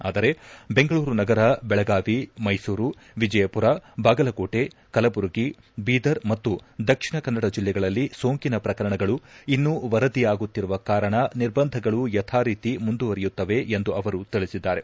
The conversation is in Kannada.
ಆದರೆ ಬೆಂಗಳೂರುನಗರ ಬೆಳಗಾವಿ ಮೈಸೂರು ವಿಜಯಪುರ ಬಾಗಲಕೋಟೆ ಕಲಬುರಗಿ ಬೀದರ್ ಮತ್ತು ದಕ್ಷಿಣ ಕನ್ನಡ ಜಿಲ್ಲೆಗಳಲ್ಲಿ ಸೋಂಕಿನ ಪ್ರಕರಣಗಳು ಇನ್ನೂ ವರದಿಯಾಗುತ್ತಿರುವ ಕಾರಣ ನಿರ್ಬಂಧಗಳು ಯಥಾರೀತಿ ಮುಂದುವರಿಯುತ್ತವೆ ಎಂದು ಅವರು ತಿಳಿಸಿದ್ದಾರೆ